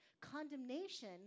Condemnation